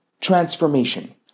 transformation